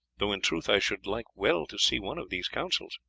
though in truth i should like well to see one of these councils.